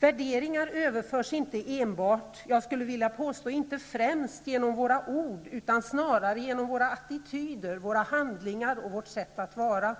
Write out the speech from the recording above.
Värderingar överförs inte enbart -- jag skulle vilja påstå inte främst -- genom våra ord utan snarare genom våra attityder, våra handlingar och vårt sätt att vara.